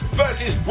versus